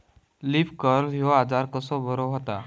Leaf curl ह्यो आजार कसो बरो व्हता?